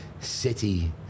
city